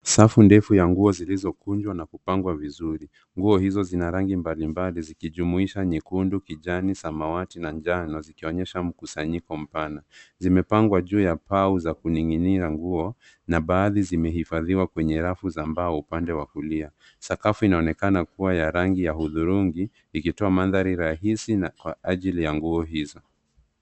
Safu ndefu ya nguo zilizokunjwa na kupangwa vizuri. Nguo hizo zina rangi mbalimbali zikijumuisha nyekundu, kijani, samawati na njano na zikionyesha mkusanyiko mpana. Zimepangwa juu ya pau za kuning'nia nguo na baadhi zimehifadhiwa kwenye rafu za mbao upande wa kulia. Sakafu inaonekana kuwa ya rangi ya hudhurungi ikitoa mandhari rahisi na kwa ajili ya nguo hizo.